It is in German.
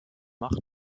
macht